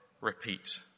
repeat